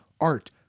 art